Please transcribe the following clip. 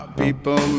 people